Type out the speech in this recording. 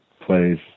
plays